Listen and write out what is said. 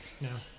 No